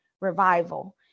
revival